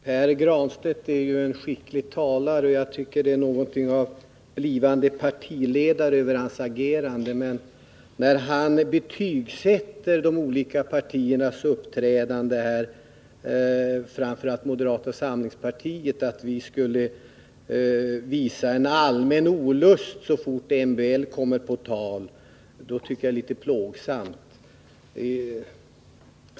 Herr talman! Pär Granstedt är en skicklig talare, och jag tycker att det är Torsdagen den något av blivande partiledare över hans agerande. Men när han betygsätter de 29 november 1979 olika partiernas uppträdande, framför allt moderata samlingspartiets, och säger att vi skulle visa en allmän olust så fort MBL kommer på tal tycker jag att det är litet plågsamt.